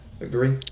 agree